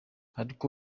ariko